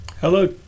Hello